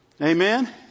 Amen